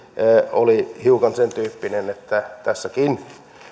oli hiukan sen tyyppinen että tässäkin